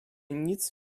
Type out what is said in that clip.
nic